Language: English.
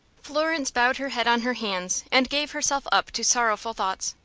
florence bowed her head on her hands, and gave herself up to sorrowful thoughts.